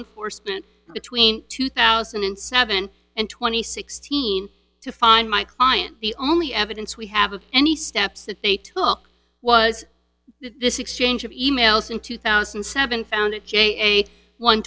enforcement between two thousand and seven and twenty sixteen to find my client the only evidence we have of any steps that they took was this exchange of e mails in two thousand and seven found it j one